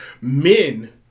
men